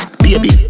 baby